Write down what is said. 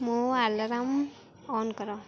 ମୋ alarm on କର